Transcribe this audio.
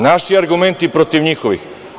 Naši argumenti protiv njihovih.